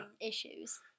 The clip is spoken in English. issues